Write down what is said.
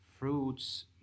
Fruits